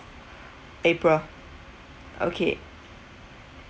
april okay